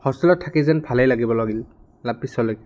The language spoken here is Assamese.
হোষ্টেলত থাকি যেন ভালেই লাগিব লাগিল লাভ পিছলৈ